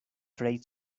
trade